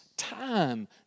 Time